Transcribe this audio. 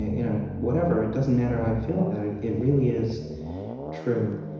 you know whatever, it doesn't matter how i feel about it it really is true.